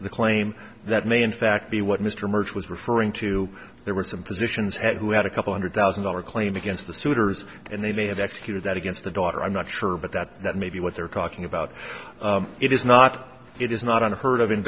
the claim that may in fact be what mr march was referring to there were some physicians who had a couple hundred thousand dollar claim against the suitors and they may have executed that against the daughter i'm not sure but that that maybe what they're talking about it is not it is not unheard of in